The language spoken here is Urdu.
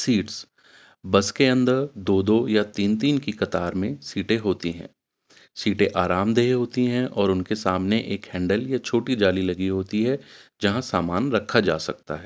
سیٹس بس کے اندر دو دو یا تین تین کی قطار میں سیٹیں ہوتی ہیں سیٹیں آرام دہ ہوتی ہیں اور ان کے سامنے ایک ہینڈل یا چھوٹی جالی لگی ہوتی ہے جہاں سامان رکھا جا سکتا ہے